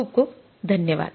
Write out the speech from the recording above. खूप खूप धन्यवाद